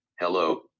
hello